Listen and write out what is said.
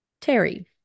Terry